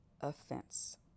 Offense